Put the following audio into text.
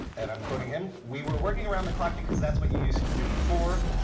and i'm quoting him, we were working around the clock because that's what you use to do before.